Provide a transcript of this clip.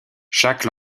chaque